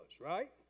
right